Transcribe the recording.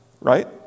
Right